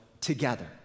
together